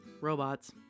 robots